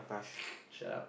shut up